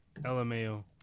LMAO